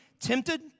tempted